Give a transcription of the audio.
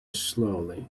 slowly